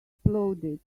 exploded